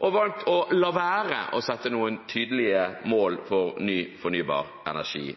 har valgt å la være sette noen tydelige mål for ny fornybar energi.